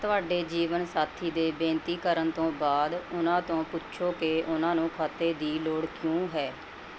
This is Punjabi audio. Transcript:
ਤੁਹਾਡੇ ਜੀਵਨ ਸਾਥੀ ਦੇ ਬੇਨਤੀ ਕਰਨ ਤੋਂ ਬਾਅਦ ਉਹਨਾਂ ਤੋਂ ਪੁੱਛੋ ਕਿ ਉਹਨਾਂ ਨੂੰ ਖਾਤੇ ਦੀ ਲੋੜ ਕਿਉਂ ਹੈ